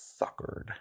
suckered